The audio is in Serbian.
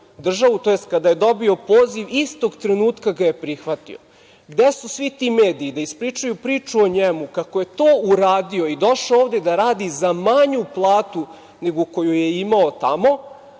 državu, tj. kada je dobio poziv, istog trenutka ga je prihvatio. Gde su svi ti mediji da ispričaju priču o njemu kako je to uradio i došao ovde da radi za manju platu nego koju je imao tamo,